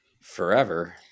forever